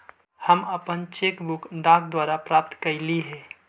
हम अपन cheque book डाक द्वारा प्राप्त कईली हे